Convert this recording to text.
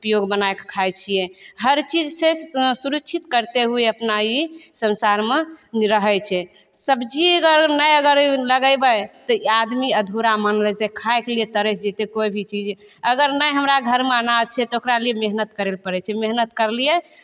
उपयोगी बनाके खाइ छियै हर चीजसँ सुरक्षित करते हुए अपना ई संसारमे रहय छै सब्जी अगर नहि अगर लगेबय तऽ ई आदमी अधूरा मानल जेतय खाइके लिए तरसि जेतइ कोइ भी चीज अगर नहि हमरा घरमे अनाज छै तऽ ओकरा लिए मेहनत करय लए पड़य छै मेहनत करलियै तब